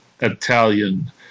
Italian